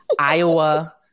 Iowa